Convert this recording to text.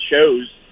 shows